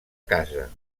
casa